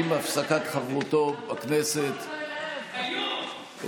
עם הפסקת חברותו בכנסת, איוב חבר כנסת?